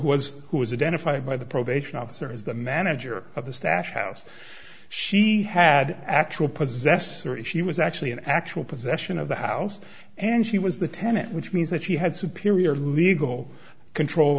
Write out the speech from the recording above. who was who was a den of five by the probation officer is the manager of the stash house she had actual possessor if she was actually in actual possession of the house and she was the tenant which means that she had superior legal control